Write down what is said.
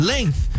Length